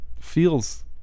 feels